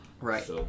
right